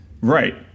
Right